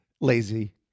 Lazy